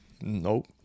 Nope